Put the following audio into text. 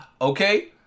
okay